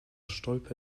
stolpe